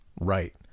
right